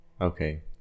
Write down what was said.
Okay